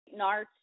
NARTS